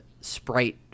sprite